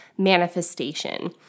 manifestation